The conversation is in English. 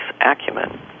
acumen